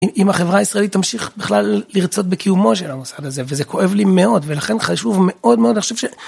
אם החברה הישראלית תמשיך בכלל לרצות בקיומו של המוסד הזה, וזה כואב לי מאוד ולכן חשוב מאוד מאוד, אני חושב ש...